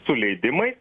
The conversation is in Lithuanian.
su leidimais